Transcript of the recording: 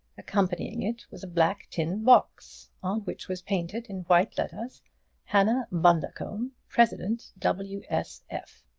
accompanying it was a black tin box, on which was painted, in white letters hannah bundercombe, president w s f.